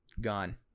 gone